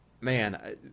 man